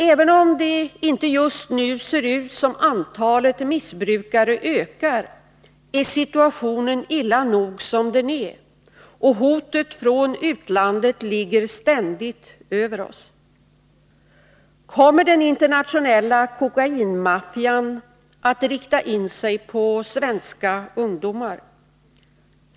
Även om det inte just nu ser ut som om antalet missbrukare ökar är situationen illa nog som den är, och hotet från utlandet ligger ständigt över oss. Kommer den internationella kokainmaffian att rikta in sig på svenska ungdomar?